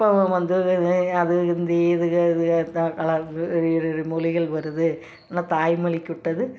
இப்போவும் வந்து இத அது ஹிந்தி இதுகள் அதுகள் த கலா இரு இரு மொழிகள் வருது ஆனால் தாய்மொழிக்குட்டது